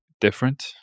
different